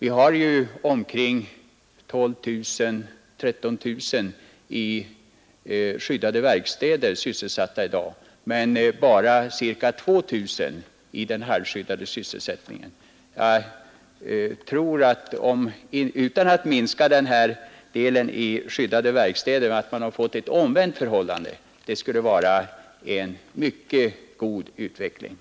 I skyddade verkstäder sysselsätts i dag ca 12 000-13 000 personer mot bara ca 2000 i den halvskyddade sysselsättningen. Det skulle vara en mycket god utveckling om vi kunde få ett omvänt förhållande men utan att minska andelen i skyddade verkstäder.